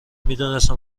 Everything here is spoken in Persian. میدونسته